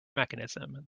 mechanism